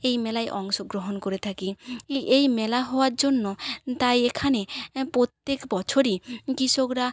এই মেলায় অংশগ্রহণ করে থাকি এ এই মেলা হওয়ার জন্য তাই এখানে প্রত্যেক বছরই কৃষকরা